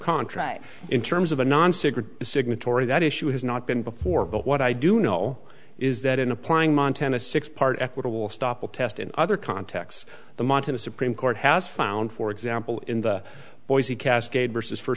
contract in terms of a non secret signatory that issue has not been before but what i do know is that in applying montana six part equitable stoppel test in other contexts the montana supreme court has found for example in the boise cascade vs for